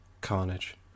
carnage